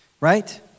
right